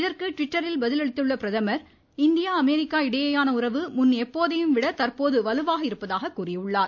இதற்கு ட்விட்டரில் பதில் அளித்துள்ள பிரதமர் இந்தியா அமெரிக்கா இடையேயான உறவு முன் எப்போதையும் விட தற்போது வலுவாக இருப்பதாக கூறியுள்ளார்